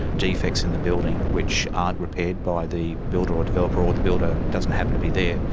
defects in the building which aren't repaired by the builder or developer or the builder doesn't happen to be there,